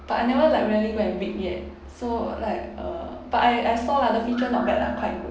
but I never like really go and read yet so like uh but I I saw lah the feature not bad lah quite good